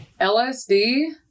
LSD